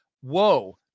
Whoa